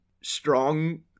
strong